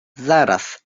zaraz